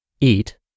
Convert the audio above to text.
eat